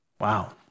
Wow